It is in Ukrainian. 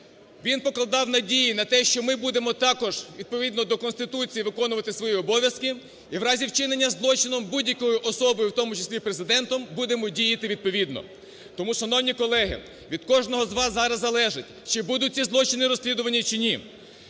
він покладав надії на те, що ми будемо також відповідно до Конституції виконувати свої обов'язки і у разі вчинення злочину будь-якою особою, в тому числі Президентом, будемо діяти відповідно. Тому, шановні колеги, від кожного з вас зараз залежить чи будуть ці злочини розслідувані, чи ні.